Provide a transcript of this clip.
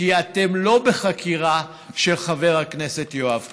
כי אתם לא בחקירה של חבר הכנסת יואב קיש.